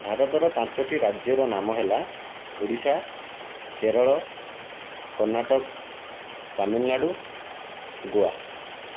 ଭାରତର ପାଞ୍ଚଟି ରାଜ୍ୟର ନାମ ହେଲା ଓଡ଼ିଶା କେରଳ କର୍ଣ୍ଣାଟକ ତାମିଲନାଡ଼ୁ ଗୋଆ